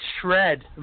shred